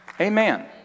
Amen